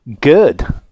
Good